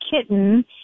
kitten